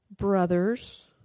Brothers